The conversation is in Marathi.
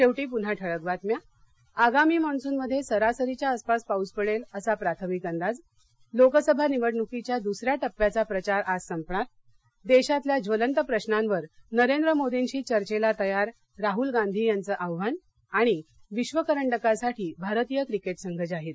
शेवटी पुन्हा ठळक बातम्या आगामी मान्सूनमध्ये सरासरीच्या आसपास पाऊस पडेल असा प्राथमिक अंदाज लोकसभा निवडणुकीच्या दुसऱ्या टप्प्याचा प्रचार आज संपणार देशातल्या ज्वलंत प्रश्नांवर नरेंद्र मोदींशी चर्चेला तयार राहुल गांधी यांचं आव्हान विश्व करंडकासाठी भारतीय क्रिकेट संघ जाहीर